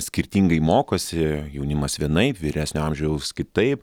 skirtingai mokosi jaunimas vienaip vyresnio amžiaus kitaip